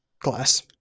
class